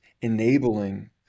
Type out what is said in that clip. enabling